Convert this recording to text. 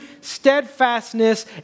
steadfastness